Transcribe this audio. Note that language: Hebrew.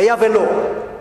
והיה ולא,